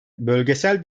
bölgesel